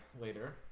later